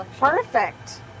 Perfect